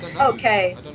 Okay